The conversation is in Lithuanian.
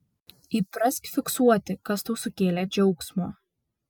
įprask fiksuoti kas tau sukėlė džiaugsmo